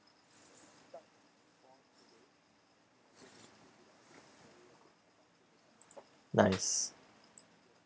nice